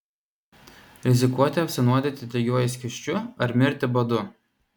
rizikuoti apsinuodyti degiuoju skysčiu ar mirti badu